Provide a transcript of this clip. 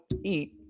eat